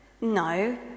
No